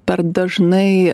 per dažnai